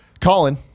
Colin